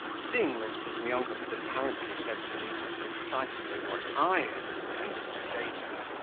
seeing that bizmyonkov had apparently said to liza precisely what i had intended to say to her,